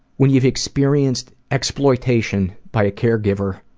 when you experience exploitation by a caregiver.